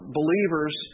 believers